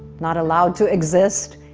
not allowed to exist.